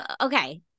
okay